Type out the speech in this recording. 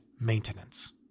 maintenance